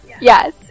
Yes